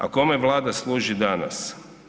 A kome Vlada služi danas?